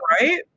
right